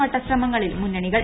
വട്ട ശ്രമങ്ങളിൽ മുന്നണിക്ൾ